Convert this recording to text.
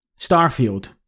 Starfield